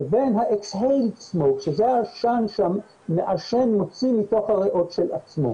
לבין העשן שהמעשן מוציא מתוך הריאות שלו.